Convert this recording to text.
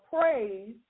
praise